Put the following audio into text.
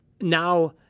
Now